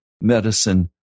medicine